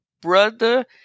Brother